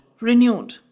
renewed